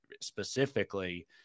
specifically